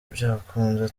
byakunda